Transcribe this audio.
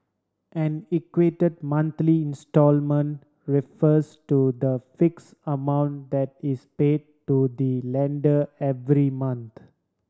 an equated monthly instalment refers to the fix amount that is pay to the lender every month